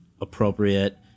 appropriate